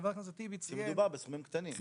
כשמדובר בסכומים קטנים.